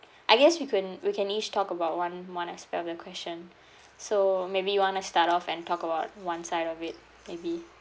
I guess we couldn't we can each talk about one one ask the other question so maybe you want to start off and talk about one side of it maybe